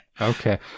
Okay